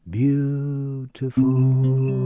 beautiful